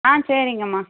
ஆ சரிங்கம்மா